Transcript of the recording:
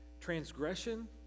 Transgression